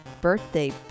birthday